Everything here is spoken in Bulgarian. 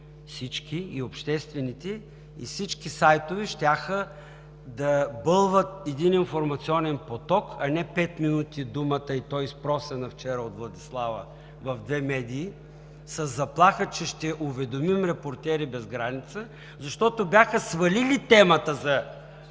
– и обществените, и всички сайтове, щяха да бълват един информационен поток, а не пет минути думата, и то изпросена вчера от Владислава в две медии със заплаха, че ще уведомим „Репортери без граници“, защото бяха свалили темата за